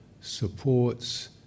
supports